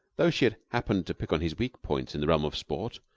tho she had happened to pick on his weak points in the realm of sport,